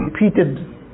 repeated